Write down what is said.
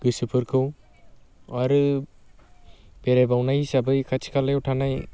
गोसोफोरखौ आरो बेरायबावनाय हिसाबै खाथि खालायाव थानाय